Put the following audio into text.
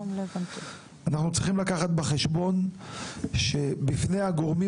אנחנו צריכים לקחת בחשבון שבפני הגורמים